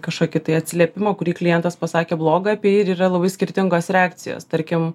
kažkokį tai atsiliepimą kurį klientas pasakė blogą apie jį ir yra labai skirtingos reakcijos tarkim